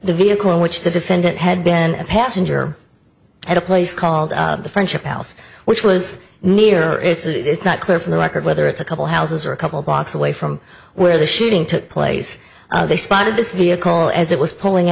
the vehicle in which the defendant had been a passenger at a place called the friendship house which was near it's not clear from the record whether it's a couple houses or a couple blocks away from where the shooting took place they spotted this vehicle as it was pulling